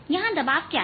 यहां दबाव क्या है